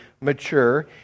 mature